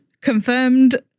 Confirmed